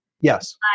Yes